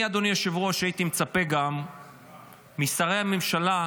אני, אדוני היושב-ראש, הייתי גם מצפה משרי הממשלה,